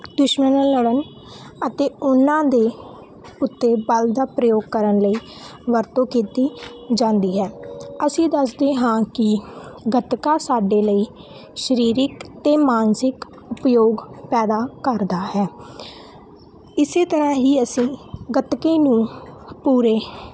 ਦੁਸ਼ਮਣ ਨਾਲ ਲੜਨ ਅਤੇ ਉਹਨਾਂ ਦੇ ਉੱਤੇ ਬਲ ਦਾ ਪ੍ਰਯੋਗ ਕਰਨ ਲਈ ਵਰਤੋਂ ਕੀਤੀ ਜਾਂਦੀ ਹੈ ਅਸੀਂ ਦੱਸਦੇ ਹਾਂ ਕਿ ਗਤਕਾ ਸਾਡੇ ਲਈ ਸਰੀਰਕ ਅਤੇ ਮਾਨਸਿਕ ਉਪਯੋਗ ਪੈਦਾ ਕਰਦਾ ਹੈ ਇਸੇ ਤਰ੍ਹਾਂ ਹੀ ਅਸੀਂ ਗੱਤਕੇ ਨੂੰ ਪੂਰੇ